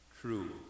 True